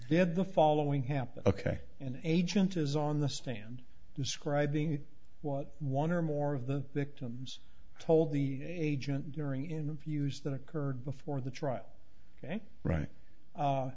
did the following happen a k an agent is on the stand describing what one or more of the victims told the agent during interviews that occurred before the trial ok right